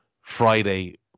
Friday